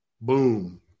Boom